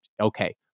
okay